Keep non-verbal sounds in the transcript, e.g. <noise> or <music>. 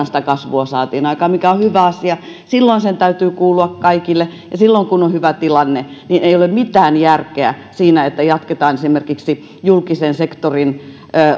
<unintelligible> sitä kasvua saatiin aikaan mikä on hyvä asia silloin sen täytyy kuulua kaikille ja että silloin kun on hyvä tilanne ei ole mitään järkeä siinä että jatketaan esimerkiksi julkisen sektorin